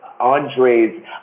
Andre's